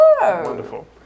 Wonderful